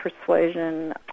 persuasion